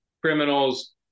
criminals